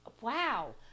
Wow